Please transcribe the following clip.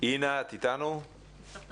שלום